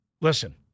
Listen